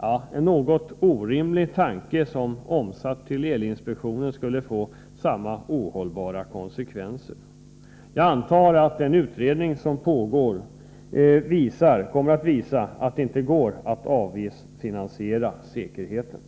Det är en något orimlig tanke som omsatt till elinspektionen skulle få samma ohållbara konsekvenser. Jag antar att den utredning som pågår kommer att visa att det inte går att avgiftsfinansiera säkerheten.